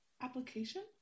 application